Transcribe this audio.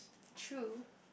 true